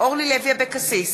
אורלי לוי אבקסיס,